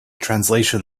translation